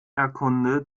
erkunde